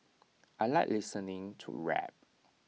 I Like listening to rap